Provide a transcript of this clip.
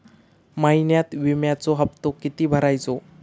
महिन्यात विम्याचो हप्तो किती भरायचो?